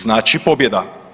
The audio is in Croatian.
Znači, pobjeda.